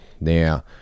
Now